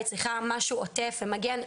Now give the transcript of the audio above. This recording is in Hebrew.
היא צריכה משהו עוטף ומגן,